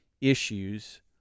issues